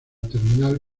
terminal